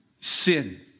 sin